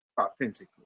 Authentically